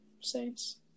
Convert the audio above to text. Saints